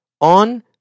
on